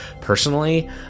personally